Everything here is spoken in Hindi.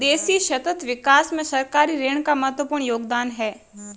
देश सतत विकास में सरकारी ऋण का महत्वपूर्ण योगदान है